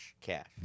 cash